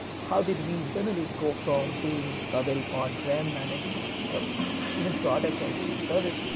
how did we internally go from being a very on-prem managed even product and and service,